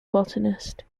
botanist